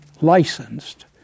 licensed